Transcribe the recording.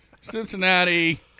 Cincinnati